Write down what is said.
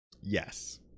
Yes